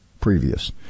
previous